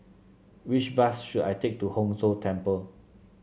which bus should I take to Hong Tho Temple